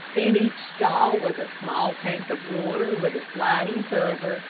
in each stall was a small tank of water with a sliding cover,